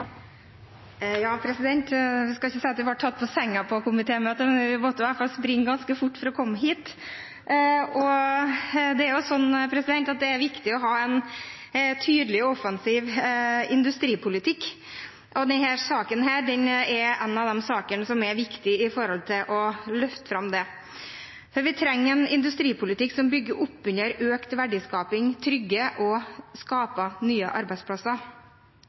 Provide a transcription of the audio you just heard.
skal ikke si at jeg ble tatt på senga på komitémøtet, men vi måtte i hvert fall springe ganske fort for å komme hit. Det er viktig å ha en tydelig og offensiv industripolitikk. Denne saken er en av de sakene som er viktig for å løfte fram det. Vi trenger en industripolitikk som bygger opp under økt verdiskaping og å trygge og skape nye arbeidsplasser.